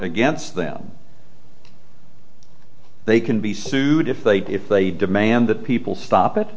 against them they can be sued if they if they demand that people stop it